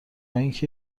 اینکه